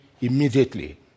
immediately